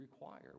require